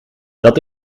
dat